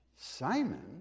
Simon